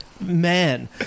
Man